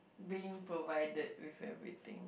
being provided with everything